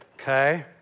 okay